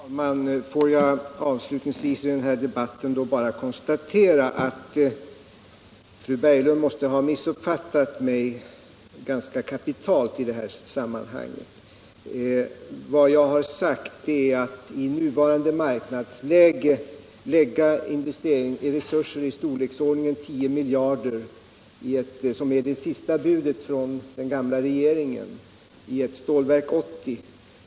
Herr talman! Får jag avslutningsvis i denna debatt bara konstatera att fru Berglund måste ha missuppfattat mig ganska kapitalt i det här sammanhanget. Vad jag har sagt är att det i nuvarande marknadsläge skulle få förödande konsekvenser för kapitaltillgången i hela det svenska näringslivet om man lade resurser i storleksordningen 10 miljarder, som var det sista budet från den gamla regeringen, i ett Stålverk 80.